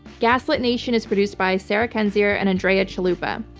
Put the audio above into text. gaslit nation is produced by sarah kendzior and andrea chalupa.